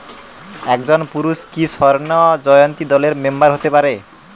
একজন পুরুষ কি স্বর্ণ জয়ন্তী দলের মেম্বার হতে পারে?